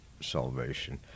salvation